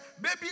baby